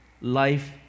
life